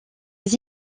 aux